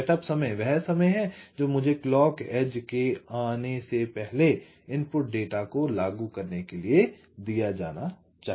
setup समय वह समय है जो मुझे क्लॉक एज आने से पहले इनपुट डेटा को लागू करने के लिए दिया जाना चाहिए